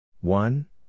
one